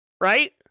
right